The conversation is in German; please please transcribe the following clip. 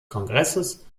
kongresses